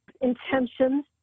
intentions